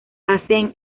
hansen